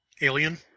Alien